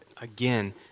again